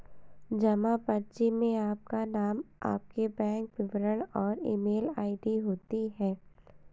जमा पर्ची में आपका नाम, आपके बैंक विवरण और ईमेल आई.डी होती है